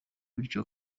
bityo